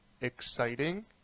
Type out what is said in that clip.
exciting